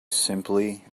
simply